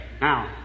Now